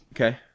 okay